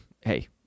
hey